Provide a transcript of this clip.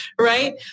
right